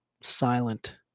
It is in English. silent